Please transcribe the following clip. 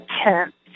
attempt